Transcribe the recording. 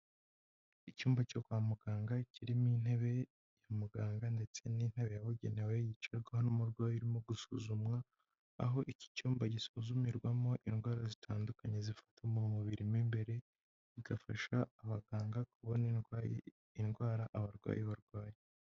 Icyumba cyo kwa muganga kirimo intebe ya muganga ndetse n'intebe yabugenewe yicarwaho n'umurwayi urimo gusuzumwa. Aho iki cyumba gisuzumirwamo indwara zitandukanye zifata mu mubiri mu imbere, bigafasha abaganga kubona inrwayi indwara abarwayi barwaye.